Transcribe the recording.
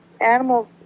animals